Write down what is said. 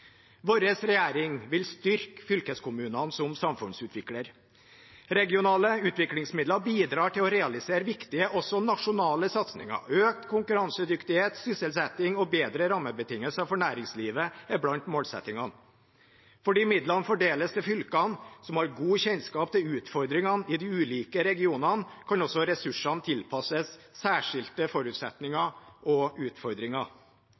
Vår regjering vil styrke fylkeskommunene som samfunnsutvikler. Regionale utviklingsmidler bidrar også til å realisere viktige nasjonale satsinger. Økt konkurransedyktighet og sysselsetting, og bedre rammebetingelser for næringslivet er blant målsettingene. Fordi midlene fordeles til fylkene, som har god kjennskap til utfordringene i de ulike regionene, kan også ressursene tilpasses særskilte forutsetninger og utfordringer.